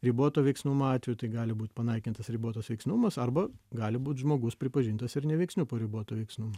riboto veiksnumo atveju tai gali būt panaikintas ribotas veiksnumas arba gali būt žmogus pripažintas ir neveiksniu po ribotų veiksmų